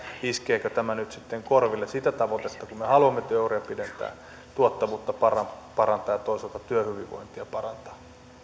iskeekö tämä nyt sitten toisaalta korville sitä tavoitetta kun me haluamme työuria pidentää tuottavuutta parantaa parantaa ja toisaalta työhyvinvointia parantaa